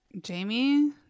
Jamie